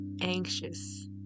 anxious